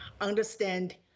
understand